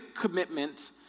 commitment